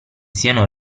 siano